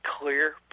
clear